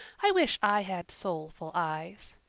i wish i had soulful eyes.